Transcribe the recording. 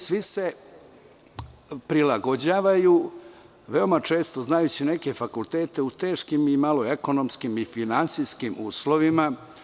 Svi se prilagođavaju veoma često, znajući neke fakultete, u teškim ekonomskim i finansijskim uslovima.